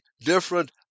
different